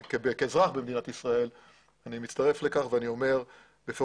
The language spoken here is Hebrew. כאזרח במדינת ישראל אני מצטרף לכך ואני אומר בפירוש